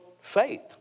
faith